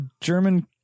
German